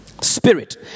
spirit